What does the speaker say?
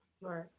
right